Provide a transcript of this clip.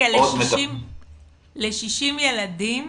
ל-60 ילדים